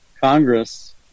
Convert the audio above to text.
Congress